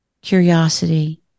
curiosity